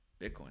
Bitcoin